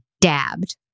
dabbed